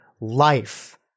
life